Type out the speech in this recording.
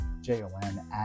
J-O-N